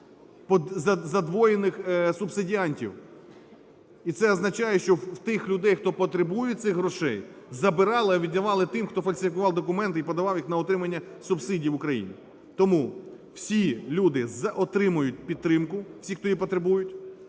задвоєних субсидіантів. І це означає, що в тих людей, хто потребує цих грошей, забирали, а віддавали тим, хто фальсифікував документи і подавав їх на отримання субсидій в Україні. Тому всі люди отримують підтримку, всі, хто її потребують.